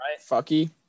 Fucky